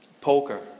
poker